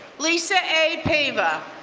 lisa a. paver,